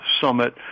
summit